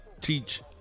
teach